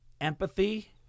empathy